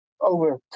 over